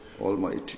Almighty